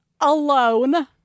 alone